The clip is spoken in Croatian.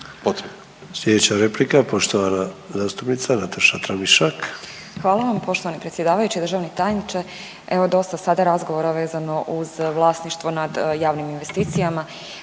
Sljedeća replika, poštovana zastupnica Nataša Tramišak. **Tramišak, Nataša (HDZ)** Hvala vam poštovani predsjedavajući. Državni tajniče, evo dosta je sada razgovara vezano uz vlasništvo nad javnim investicijama.